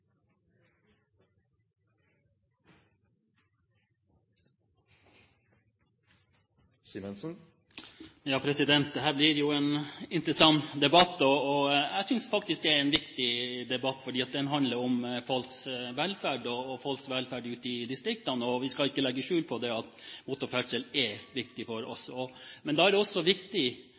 en viktig debatt, fordi den handler om folks velferd og folks velferd ute i distriktene. Vi skal ikke legge skjul på at motorferdsel er viktig for oss. Men det er